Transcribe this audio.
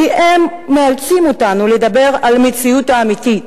כי הם מאלצים אותנו לדבר על המציאות האמיתית.